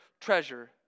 treasure